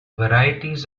varieties